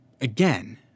again—